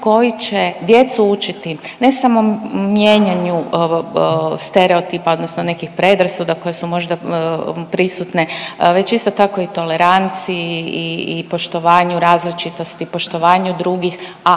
koji će djecu učiti ne samo mijenjanju stereotipa odnosno nekih predrasuda koje su možda prisutne već isto tako i toleranciji i poštovanju različitosti, poštovanju drugih, a